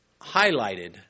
highlighted